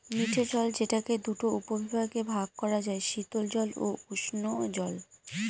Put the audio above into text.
মিঠে জল যেটাকে দুটা উপবিভাগে ভাগ করা যায়, শীতল জল ও উষ্ঞজল